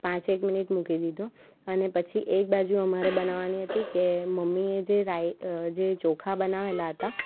પાંચેક મિનિટ મૂકી દીધો અને પછી એક બાજુ અમારે બનાવવાની હતી કે મમ્મીએ જે રાઈ જે ચોખા બનાવેલા હતા